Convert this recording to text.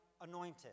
anointed